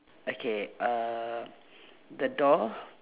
okay uhh the door